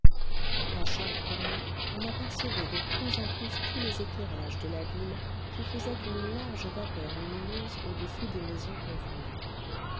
à chaque tournant on apercevait de plus en plus tous les éclairages de la ville qui faisaient une large vapeur lumineuse au-dessus des maisons confondues